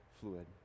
fluid